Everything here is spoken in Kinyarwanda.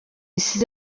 isize